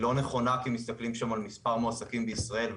נכונה כאשר מסתכלים על מספר המועסקים בישראל.